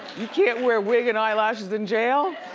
you can't wear wig and eyelashes in jail?